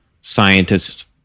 Scientists